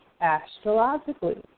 astrologically